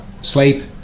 sleep